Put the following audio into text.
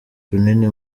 runini